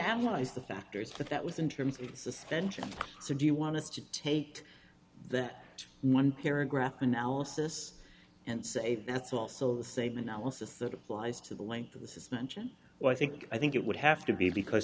analyzed the factors but that was in terms of suspension so do you want us to take that one paragraph analysis and say that's also the same analysis that applies to the length of the suspension well i think i think it would have to be because